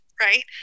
right